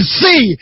see